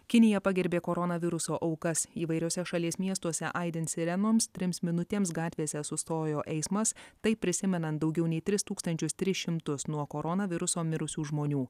kinija pagerbė koronaviruso aukas įvairiuose šalies miestuose aidint sirenoms trims minutėms gatvėse sustojo eismas taip prisimenant daugiau nei tris tūkstančius tris šimtus nuo koronaviruso mirusių žmonių